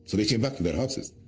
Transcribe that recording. so they came back to their houses.